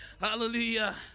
Hallelujah